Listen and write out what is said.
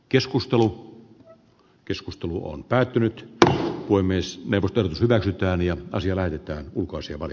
keskustelu keskustelu on päättynyt huimees neuvottelut hyväksytään ja aasialaisittain ulkoisia vai